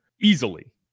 easily